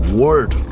word